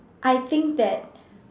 I think that